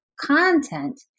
content